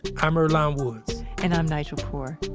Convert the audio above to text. i'm earlonne woods and i'm nigel poor.